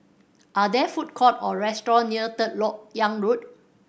are there food court or restaurant near Third Lok Yang Road